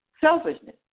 Selfishness